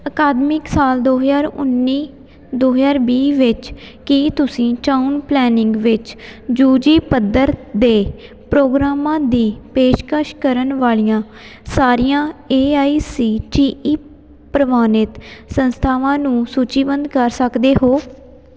ਅਕਾਦਮਿਕ ਸਾਲ ਦੋ ਹਜ਼ਾਰ ਉੱਨੀ ਦੋ ਹਜ਼ਾਰ ਵੀਹ ਵਿੱਚ ਕੀ ਤੁਸੀਂ ਟਾਊਨ ਪਲੈਨਿੰਗ ਵਿੱਚ ਯੂ ਜੀ ਪੱਧਰ ਦੇ ਪ੍ਰੋਗਰਾਮਾਂ ਦੀ ਪੇਸ਼ਕਸ਼ ਕਰਨ ਵਾਲੀਆਂ ਸਾਰੀਆਂ A I C T E ਪ੍ਰਵਾਨਿਤ ਸੰਸਥਾਵਾਂ ਨੂੰ ਸੂਚੀਬੱਧ ਕਰ ਸਕਦੇ ਹੋ